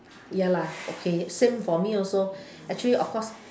ya lah okay same for me also actually of course